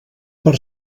per